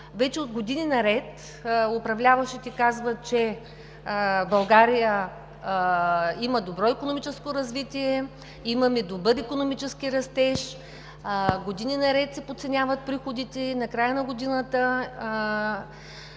Вече години наред управляващите казват, че България има добро икономическо развитие, имаме добър икономически растеж, години наред се подценяват приходите, накрая на годината